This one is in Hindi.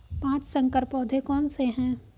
पाँच संकर पौधे कौन से हैं?